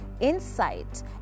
insight